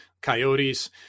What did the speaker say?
Coyotes